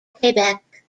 quebec